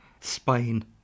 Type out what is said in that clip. Spain